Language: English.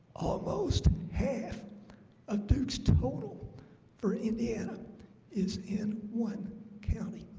almost half of deutz total for indiana is in one county